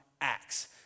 Acts